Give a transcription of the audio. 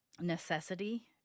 necessity